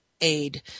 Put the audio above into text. Aid